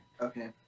Okay